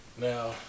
Now